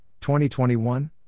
2021